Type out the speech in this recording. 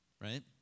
right